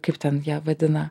kaip ten ją vadina